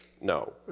no